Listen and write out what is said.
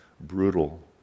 brutal